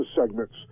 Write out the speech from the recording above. segments